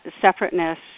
separateness